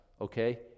okay